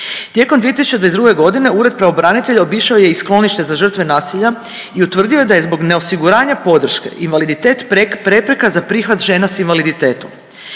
Tijekom 2022. godine ured pravobranitelja obišao je i skloništa za žrtve nasilja i utvrdio da je zbog ne osiguranja podrške invaliditet prepreka za prihvat žena s invaliditetom.